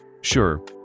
Sure